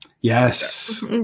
Yes